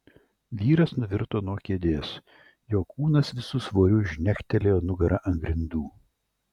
vyras nuvirto nuo kėdės jo kūnas visu svoriu žnektelėjo nugara ant grindų